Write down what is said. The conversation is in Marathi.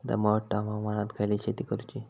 दमट हवामानात खयली शेती करूची?